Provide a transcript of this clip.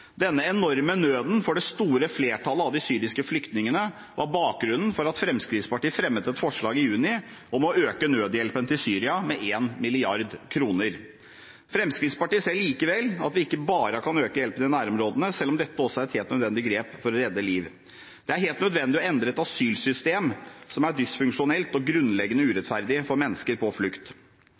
Denne enorme nøden hos det store flertallet av de syriske flytningene var bakgrunnen for at Fremskrittspartiet fremmet et forslag i juni om å øke nødhjelpen til Syria med 1 mrd. kr. Fremskrittspartiet ser likevel at vi ikke bare kan øke hjelpen i nærområdene, selv om dette også er et helt nødvendig grep for å redde liv. Det er helt nødvendig å endre et asylsystem som er dysfunksjonelt og grunnleggende urettferdig for mennesker på flukt.